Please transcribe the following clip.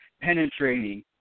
penetrating